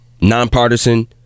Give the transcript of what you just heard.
nonpartisan